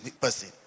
person